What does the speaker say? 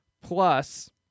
plus